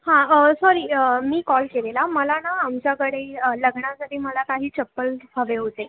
हां सॉरी मी कॉल केलेला मला ना आमच्याकडे लग्नासाठी मला काही चप्पल हवे होते